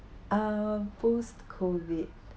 uh post-COVID